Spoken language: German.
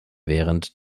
während